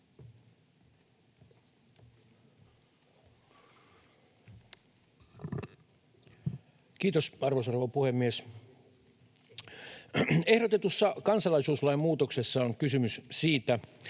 Kiitos, arvoisa rouva puhemies! Ehdotetussa kansalaisuuslain muutoksessa on kysymys siitä,